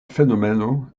fenomeno